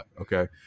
Okay